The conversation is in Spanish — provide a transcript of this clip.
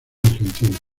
argentina